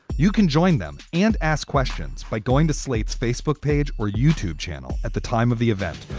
you can join them and ask questions by going to slate's facebook page or youtube channel. at the time of the event,